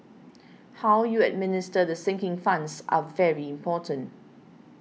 how you administer the sinking funds are very important